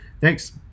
thanks